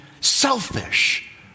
selfish